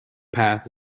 path